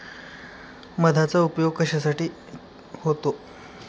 मधाचा उपयोग कशाकशासाठी होतो?